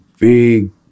big